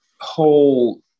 whole